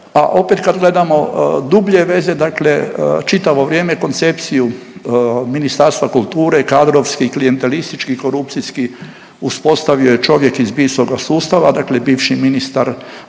a opet kad gledamo dublje veze dakle čitavo vrijeme koncepciju Ministarstva kulture, kadrovski i klijentelistički i korupcijski uspostavio je čovjek iz visokog sustava dakle bivši ministar